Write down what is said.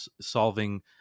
solving